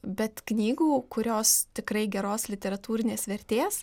bet knygų kurios tikrai geros literatūrinės vertės